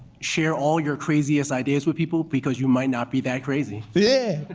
share all your craziest ideas with people, because you might not be that crazy. yeah,